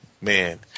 Man